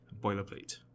boilerplate